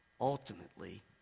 ultimately